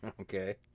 Okay